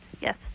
Yes